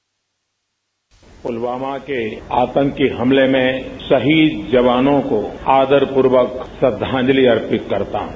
bite Pulwama के आतंकी हमले में शहीद जवानों को आदरपूर्वक श्रद्धांजलि अर्पित करता हूं